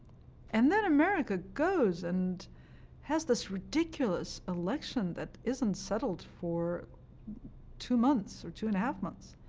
and then america goes and has this ridiculous election that isn't settled for two months or two and a half months,